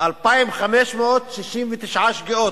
2,569 שגיאות,